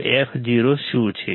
તો fo શું છે